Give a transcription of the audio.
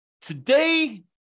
Today